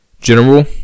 General